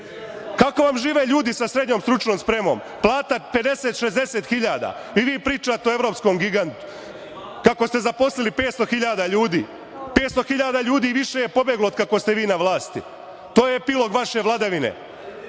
Kako vam žive ljudi sa srednjom stručnom spremom, plata 50, 60 hiljada? I vi pričate o evropskom gigantu, kako ste zaposlili 500.000 ljudi. Pa, 500.000 ljudi više je pobeglo od kako ste vi na vlasti. To je epilog vaše vladavine.